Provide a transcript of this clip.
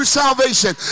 salvation